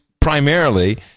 primarily